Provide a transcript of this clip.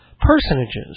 personages